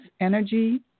energy